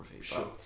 sure